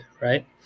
right